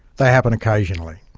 they happen occasionally.